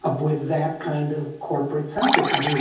ah with that kind of corporate censorship, i mean